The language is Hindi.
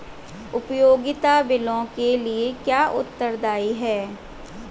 उपयोगिता बिलों के लिए कौन उत्तरदायी है?